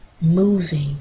moving